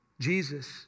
Jesus